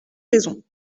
raisons